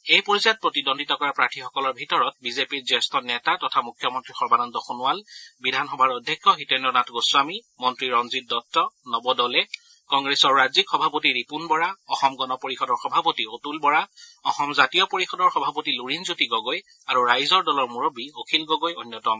এই পৰ্যায়ত প্ৰতিদ্বন্দ্বিতা কৰা প্ৰাৰ্থীসকলৰ ভিতৰত বিজেপিৰ জ্যেষ্ঠ নেতা তথা মুখ্যমন্ত্ৰী সৰ্বানন্দ সোণোৱাল বিধানসভাৰ অধ্যক্ষ হিতেদ্ৰনাথ গোস্বামী মন্ত্ৰী ৰঞ্জিত দত্ত নৱ দলে কংগ্ৰেছৰ ৰাজ্যিক সভাপতি ৰিপুন বৰা অসম গণ পৰিযদৰ সভাপতি অতুল বৰা অসম জাতীয় পৰিষদৰ সভাপতি লুৰিণজ্যোতি গগৈ আৰু ৰাইজৰ দলৰ মুৰববী অখিল গগৈ অন্যতম